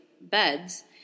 beds